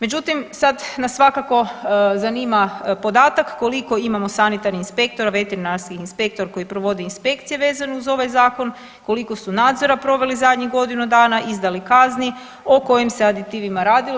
Međutim, sad nas svakako zanima podatak koliko imamo sanitarnih inspektora, veterinarskih inspektora koji provode inspekcije vezano uz ovaj zakon, koliko su nadzora proveli zadnjih godinu dana, izdali kazni, o kojim se aditivima radilo?